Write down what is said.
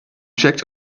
checked